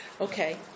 Okay